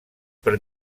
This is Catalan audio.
per